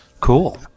Cool